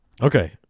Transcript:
okay